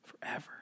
forever